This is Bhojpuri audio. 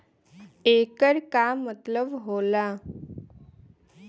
येकर का मतलब होला?